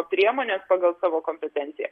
priemones pagal savo kompetenciją